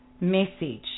message